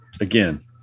again